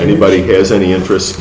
anybody has any interest